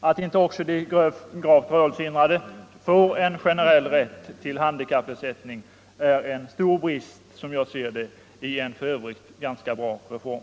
Att inte också de gravt rörelsehindrade får en generell rätt till handikappersättning är, som jag ser det, en stor brist i en i övrigt ganska bra reform.